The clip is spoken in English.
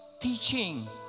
teaching